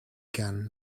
gun